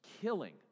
killing